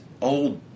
old